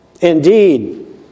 Indeed